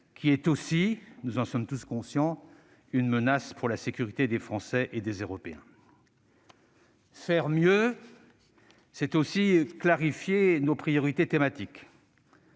qui est aussi- nous en sommes tous conscients -une menace pour la sécurité des Français et des Européens. Faire mieux, c'est aussi clarifier nos priorités thématiques